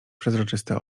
przezroczyste